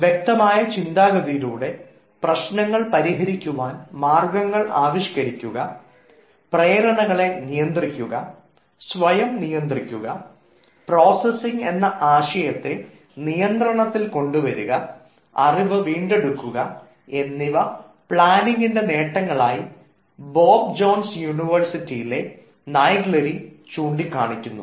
വ്യക്തമായ ചിന്താഗതിയിലൂടെ പ്രശ്നങ്ങൾ പരിഹരിക്കുവാൻ മാർഗ്ഗങ്ങൾ ആവിഷ്കരിക്കുക പ്രേരണകളെ നിയന്ത്രിക്കുക സ്വയം നിയന്ത്രിക്കുക പ്രോസസിങ് എന്ന ആശയത്തെ നിയന്ത്രണത്തിൽ കൊണ്ടുവരിക അറിവ് വീണ്ടെടുക്കുക എന്നിവ പ്ലാനിംഗിൻറെ നേട്ടങ്ങളായി ബോബ് ജോൺസി യൂണിവേഴ്സിറ്റിയിലെ നാഗ്ലിയേരി ചൂണ്ടിക്കാണിക്കുന്നു